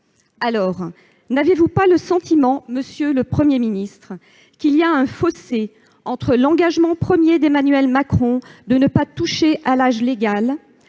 N'avez-vous pas le sentiment, monsieur le Premier ministre, qu'il y a un fossé entre l'engagement d'Emmanuel Macron de ne pas modifier l'âge légal,